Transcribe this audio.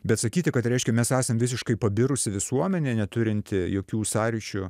bet sakyti kad reiškia mes esam visiškai pabirusi visuomenė neturinti jokių sąryšių